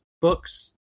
books